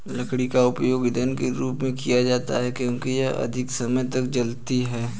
लकड़ी का उपयोग ईंधन के रूप में किया जाता है क्योंकि यह अधिक समय तक जलती है